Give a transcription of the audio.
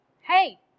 hey